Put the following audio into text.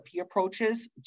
approaches